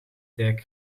dijk